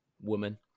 woman